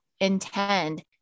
intend